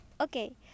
Okay